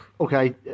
Okay